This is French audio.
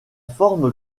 forme